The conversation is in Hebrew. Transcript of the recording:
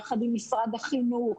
יחד עם משרד החינוך,